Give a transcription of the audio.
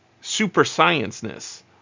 super-science-ness